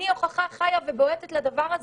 אני הוכחה חיה ובועטת לדבר הזה.